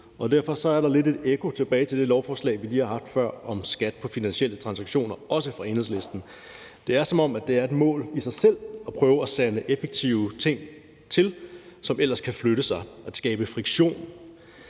Derfor er der lidt et ekko fra det beslutningsforslag, vi lige har haft på før, om skat på finansielle transaktioner, også fra Enhedslisten. Det er, som om det er et mål i sig selv at prøve at sande effektive ting til, som ellers kan flytte sig – at skabe friktion.